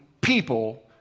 people